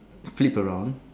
sleep around